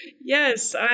Yes